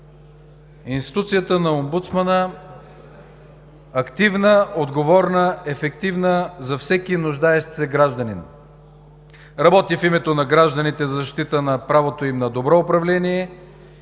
Институцията на Омбудсмана – активна, отговорна, ефективна за всеки нуждаещ се гражданин, работи в името на гражданите за защита на правото им на добро управление